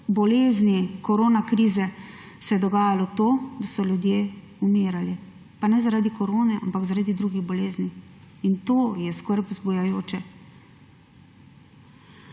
bolezen korona krize, se je dogajalo to, da so ljudje umirali; pa ne zaradi korone, ampak zaradi drugih bolezni. In to je skrb vzbujajoče.